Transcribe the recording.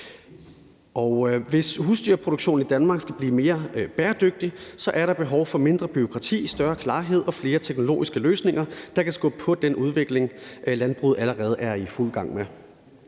Hvis husdyrproduktionen i Danmark skal blive mere bæredygtig, er der behov for mindre bureaukrati, større klarhed og flere teknologiske løsninger, der kan skubbe på den udvikling, landbruget allerede er i fuld gang med.